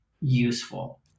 useful